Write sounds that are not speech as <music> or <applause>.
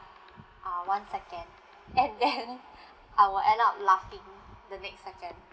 uh one second and then <breath> I will end up laughing the next second